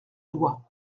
doigt